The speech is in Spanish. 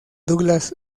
douglas